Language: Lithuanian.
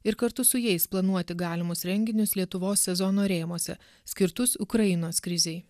ir kartu su jais planuoti galimus renginius lietuvos sezono rėmuose skirtus ukrainos krizei